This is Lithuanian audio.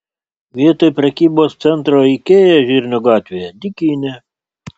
vietoj prekybos centro ikea žirnių gatvėje dykynė